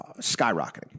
skyrocketing